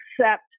accept